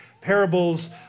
Parables